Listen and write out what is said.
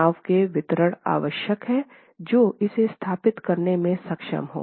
तनाव के वितरण आवश्यक है जो इसे स्थापित करने में सक्षम हो